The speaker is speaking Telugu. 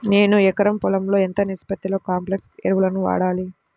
నేను ఎకరం పొలంలో ఎంత నిష్పత్తిలో కాంప్లెక్స్ ఎరువులను వాడాలి?